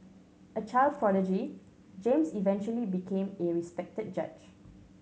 a child prodigy James eventually became a respected judge